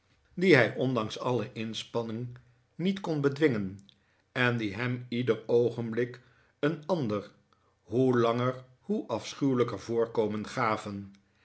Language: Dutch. die hij ondanks alle inspanning niet kon bedwingen en die hem ieder oogenblik een ander hoe langer hoe afschuwelijker voorkomen gaven